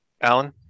Alan